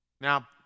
Now